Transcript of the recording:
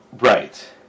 Right